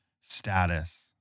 status